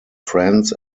friends